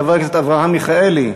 חבר הכנסת אברהם מיכאלי?